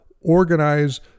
organize